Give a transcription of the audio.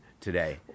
today